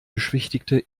beschwichtigte